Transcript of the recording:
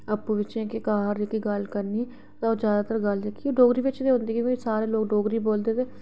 कि आपूं बिच्चें घर दी गल्ल करने ते ओह् गल्ल बात जेह्की डोगरी बिच गै होंदी ऐ ते सारे लोक डोगरी बोलदे ते